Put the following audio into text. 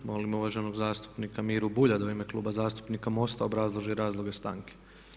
Molim uvaženog zastupnika Miru Bulja da u ime Kluba zastupnika MOST-a obrazloži razloge stanke.